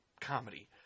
comedy